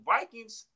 Vikings